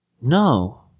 No